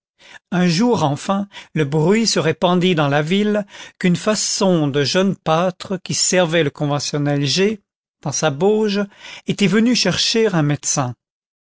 un jour enfin le bruit se répandit dans la ville qu'une façon de jeune pâtre qui servait le conventionnel g dans sa bauge était venu chercher un médecin